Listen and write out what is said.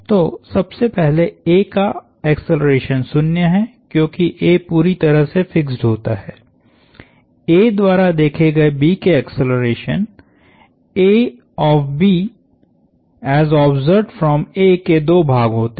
तो सबसे पहले A का एक्सेलरेशन शुन्य है क्योंकि A पूरी तरह से फिक्स्ड होता है A द्वारा देखे गए B के एक्सेलरेशनके दो भाग होते हैं